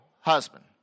Husband